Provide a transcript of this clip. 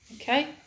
Okay